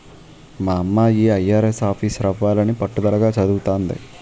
మా అమ్మాయి ఐ.ఆర్.ఎస్ ఆఫీసరవ్వాలని పట్టుదలగా చదవతంది